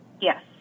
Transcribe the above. Yes